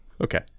Okay